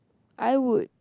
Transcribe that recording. I would